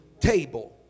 table